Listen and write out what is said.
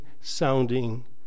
sounding